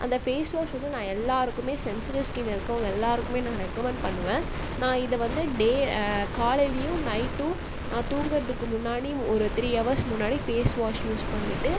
அந்த face wash வந்து நான் எல்லோருக்குமே சென்சுரல் ஸ்கின்னு இருக்கவங்க எல்லோருக்குமே நான் வந்து ரெக்கமெண்ட் பண்ணுவேன் நான் இதை வந்து டே காலைலேயும் நைட்டும் நான் தூங்குறதுக்கு முன்னாடி ஒரு த்ரீ அவர்ஸ் முன்னாடி ஃபேஸ் வாஷ் யூஸ் பண்ணிவிட்டு